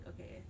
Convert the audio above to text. okay